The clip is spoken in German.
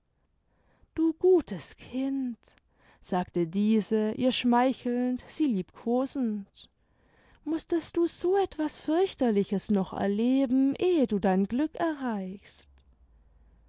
du gutes kind sagte diese ihr schmeichelnd sie liebkosend mußtest du so etwas fürchterliches noch erleben ehe du dein glück erreichst